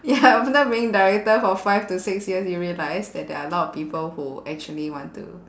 ya after being director for five to six years you realise that there are a lot of people who actually want to